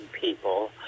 people